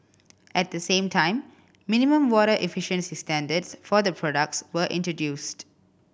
at the same time minimum water efficiency standards for the products were introduced